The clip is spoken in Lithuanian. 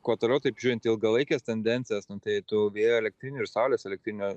kuo toliau taip žiūrint į ilgalaikes tendencijas nu tai tų vėjo elektrinių ir saulės elektrinių